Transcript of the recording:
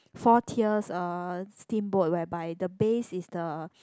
four tiers uh steamboat whereby the base is the